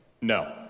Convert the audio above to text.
no